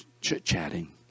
chit-chatting